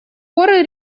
пор